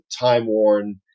time-worn